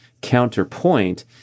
counterpoint